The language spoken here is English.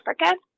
Africa